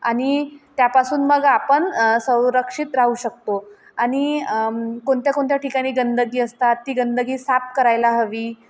आणि त्यापासून मग आपण संरक्षित राहू शकतो आणि कोणत्या कोणत्या ठिकाणी गंदगी असतात ती गंदगी साफ करायला हवी